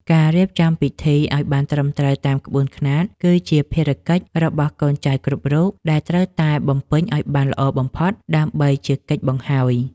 ការរៀបចំពិធីឱ្យបានត្រឹមត្រូវតាមក្បួនខ្នាត គឺជាភារកិច្ចរបស់កូនចៅគ្រប់រូបដែលត្រូវតែបំពេញឱ្យបានល្អបំផុតដើម្បីជាកិច្ចបង្ហើយ។